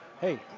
Hey